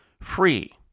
free